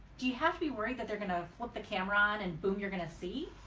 you have to be worried that they're going to put the camera on and boom you're going to see?